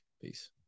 Peace